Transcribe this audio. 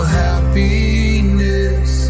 happiness